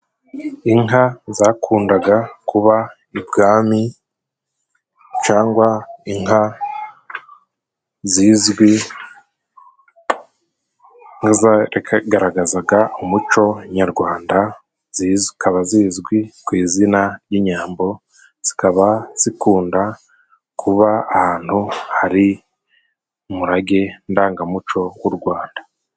Inka zakundaga kuba ibwami cangwa inka zizwi nk'izagaragazaga umuco nyarwanda, zikaba zizwi ku izina ry'inyambo, zikaba zikunda kuba ahantu hari umurage ndangamuco w'u Rwanda.